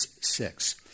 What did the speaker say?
six